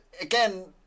Again